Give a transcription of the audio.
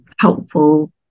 helpful